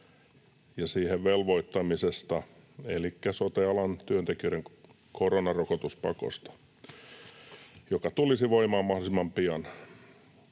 ja siihen velvoittamisesta elikkä sote-alan työntekijöiden koronarokotuspakosta, joka tulisi voimaan mahdollisimman pian.